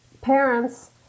parents